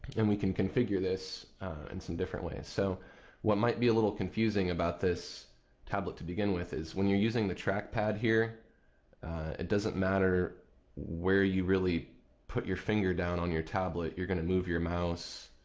and we can configure this in some different ways. so what might be a little confusing about this tablet to begin with is, when using the trackpad here it doesn't matter where you really put your finger down on your tablet. you're going to move your mouse.